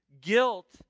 guilt